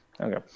Okay